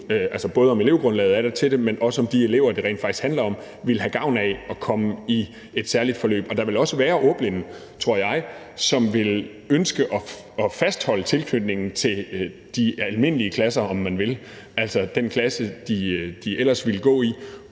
altså, både om elevgrundlaget er der, men også om de elever, det rent faktisk handler om, vil have gavn af at komme i et særligt forløb. Der vil også være ordblinde, tror jeg, som vil ønske at fastholde tilknytningen til de almindelige klasser, om man vil, altså til den klasse, de ellers ville gå i.